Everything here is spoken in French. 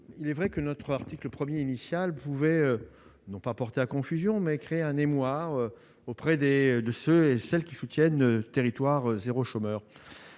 il est vrai que notre article 1er initiale pouvait non pas porter à confusion mais crée un émoi auprès des de ceux et celles qui soutiennent territoire zéro chômeur,